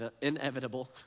inevitable